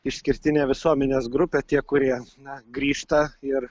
išskirtinė visuomenės grupė tie kurie na grįžta ir